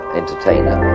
entertainer